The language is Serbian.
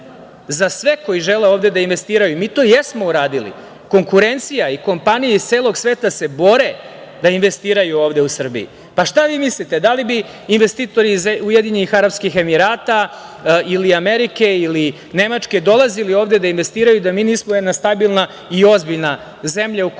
za sve koji žele ovde da investiraju. Mi to jesmo uradili, konkurencija i kompanije iz celog sveta se bore da investiraju ovde u Srbiji. Pa, šta vi mislite, da li bi u Srbiji investitori iz UAE ili Amerike, ili Nemačke, dolazili ovde da investiraju da mi nismo jedna stabilna i ozbiljna zemlja u kojoj